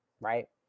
right